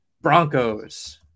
Broncos